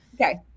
Okay